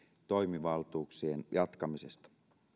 toimivaltuuksien jatkamisesta